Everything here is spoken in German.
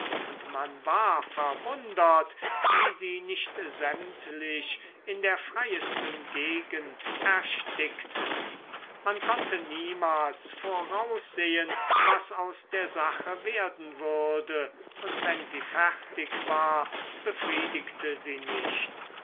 und man war verwundert wie sie nicht sämtlich in der freiesten gegend erstickten man konnte niemals voraussehen was aus der sache werden würde und wenn sie fertig war befriedigte sie nicht